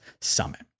summit